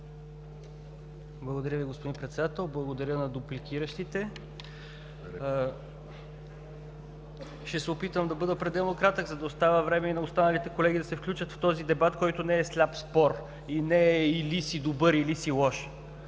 Благодаря Ви, господин Председател! Благодаря на репликиращите. Ще се опитам да бъде пределно кратък, за да оставя време и на останалите колеги да се включат в този дебат, който не е сляп спор и не е „или си добър, или си лош“.